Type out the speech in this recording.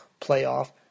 playoff